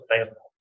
available